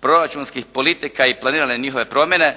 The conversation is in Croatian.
proračunskih politika i planirane njihove promjene.